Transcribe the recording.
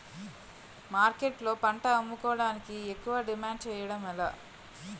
మార్కెట్లో పంట అమ్ముకోడానికి ఎక్కువ డిమాండ్ చేయడం ఎలా?